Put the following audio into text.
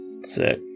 Sick